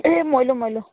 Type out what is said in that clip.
মৰিলো মৰিলো